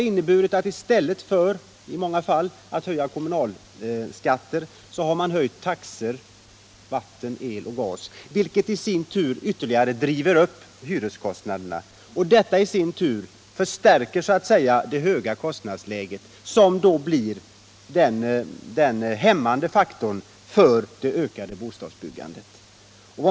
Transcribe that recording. I stället för att höja kommunalskatterna har man i många fall höjt taxorna på vatten, el och gas, vilket i sin tur ytterligare driver upp hyreskostnaderna. Detta höjer ytterligare kostnadsläget och blir en hämmande faktor för ett ökat bostadsbyggande.